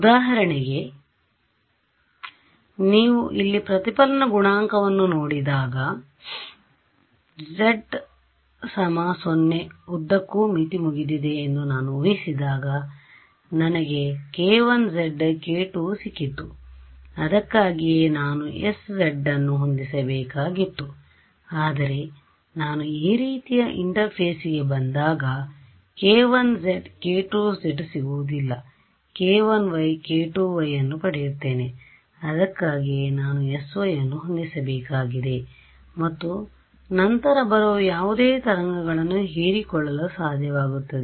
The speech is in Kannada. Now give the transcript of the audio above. ಉದಾಹರಣೆಗೆ ನೀವು ಇಲ್ಲಿ ಪ್ರತಿಫಲನ ಗುಣಾಂಕವನ್ನು ನೋಡಿದಾಗ z 0 ಉದ್ದಕ್ಕೂ ಮಿತಿ ಮುಗಿದಿದೆ ಎಂದು ನಾನು ಊಹಿಸಿದಾಗ ನನಗೆ k1z k2 ಸಿಕ್ಕಿತು ಅದಕ್ಕಾಗಿಯೇ ನಾನು sz ಅನ್ನು ಹೊಂದಿಸಬೇಕಾಗಿತ್ತು ಆದರೆ ನಾನು ಈ ರೀತಿಯ ಇಂಟರ್ಫೇಸ್ಗೆ ಬಂದಾಗ ನನಗೆ k1z k2z ಸಿಗುವುದಿಲ್ಲ ನಾನು k1y k2y ಅನ್ನು ಪಡೆಯುತ್ತೇನೆ ಅದಕ್ಕಾಗಿಯೇ ನಾನು sy ಅನ್ನು ಹೊಂದಿಸಬೇಕಾಗಿದೆ ಮತ್ತು ನಂತರ ಬರುವ ಯಾವುದೇ ತರಂಗಗಳನ್ನು ಹೀರಿಕೊಳ್ಳಲು ಸಾಧ್ಯವಾಗುತ್ತದೆ